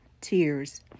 tears